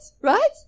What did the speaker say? Right